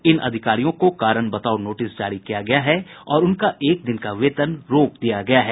इन अधिकारियों को कारण बताओ नोटिस जारी किया गया है और उनका एक दिन का वेतन रोक दिया गया है